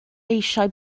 eisiau